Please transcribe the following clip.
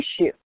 issue